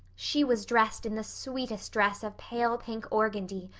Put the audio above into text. she was dressed in the sweetest dress of pale-pink organdy,